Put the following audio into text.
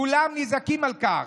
כולם נזעקים על כך.